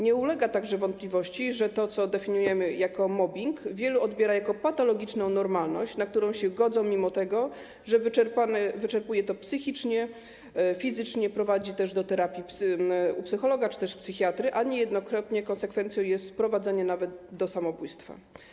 Nie ulega także wątpliwości, że to, co definiujemy jako mobbing, wielu odbiera jako patologiczną normalność, na którą się godzą mimo tego, że wyczerpuje to psychicznie, fizycznie, prowadzi też do terapii u psychologa czy też psychiatry, a niejednokrotnie konsekwencją jest doprowadzenie nawet do samobójstwa.